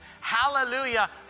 Hallelujah